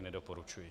Nedoporučuji.